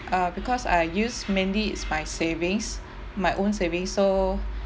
uh because I use mainly is my savings my own saving so